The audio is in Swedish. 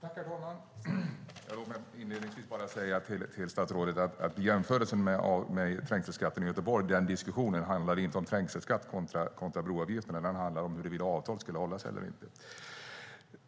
Herr talman! Låt mig inledningsvis bara säga till statsrådet något när det gäller jämförelsen med trängselskatten i Göteborg. Den här diskussionen handlar inte om trängselskatt kontra broavgifter. Den handlar om huruvida avtal skulle hållas eller inte.